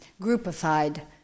groupified